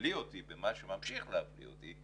שהפליא אותי ומה שממשיך להפליא אותי,